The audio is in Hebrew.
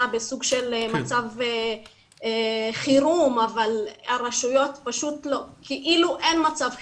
במצב חירום אבל כאילו אין מצב חירום,